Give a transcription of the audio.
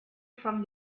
from